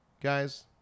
guys